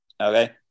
okay